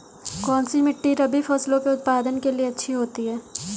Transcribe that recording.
कौनसी मिट्टी रबी फसलों के उत्पादन के लिए अच्छी होती है?